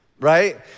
right